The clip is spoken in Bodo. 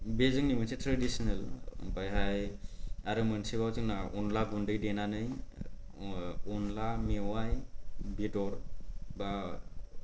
बे जोंनि मोनसे ट्रेडिसिनेल आमफाय हाय आरो मोनसेबाव जोंना अनद्ला गुनदै देनानै अनद्ला मेवयाइ बेदर बा